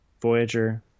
Voyager